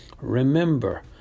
remember